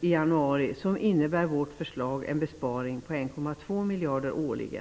i januari år 1998 innebär vårt förslag en besparing på 1,2 miljarder årligen.